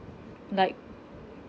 like